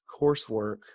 coursework